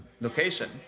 location